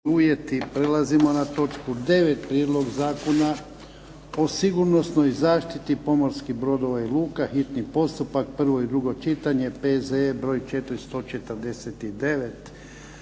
devet - Konačni prijedlog zakona o sigurnosnoj zaštiti pomorskih brodova i luka, hitni postupak, prvo i drugo čitanje, P.Z.E. br. 449